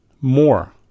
more